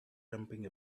dumping